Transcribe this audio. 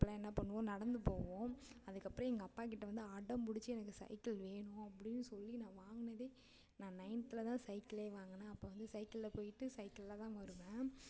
அப்போல்லாம் என்ன பண்ணுவோம் நடந்து போவோம் அதுக்கப்புறம் எங்கள் அப்பாகிட்ட வந்து அடம்பிடிச்சி எனக்கு சைக்கிள் வேணும் அப்படின்னு சொல்லி நான் வாங்கினதே நான் நைன்த்தில் தான் சைக்கிளே வாங்கினேன் அப்போது வந்து சைக்கிளில் போயிட்டு சைக்கிளில் தான் வருவேன்